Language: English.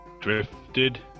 Drifted